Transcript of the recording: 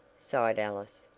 sighed alice,